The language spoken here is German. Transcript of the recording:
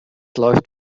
läuft